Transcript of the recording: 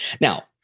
Now